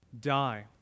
Die